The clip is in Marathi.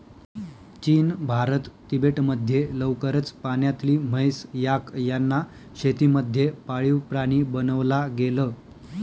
चीन, भारत, तिबेट मध्ये लवकरच पाण्यातली म्हैस, याक यांना शेती मध्ये पाळीव प्राणी बनवला गेल